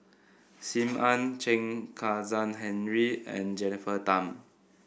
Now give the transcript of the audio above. Sim Ann Chen Kezhan Henri and Jennifer Tham